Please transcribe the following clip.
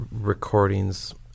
recordings